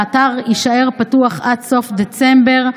שהאתר יישאר פתוח עד סוף דצמבר,